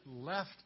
left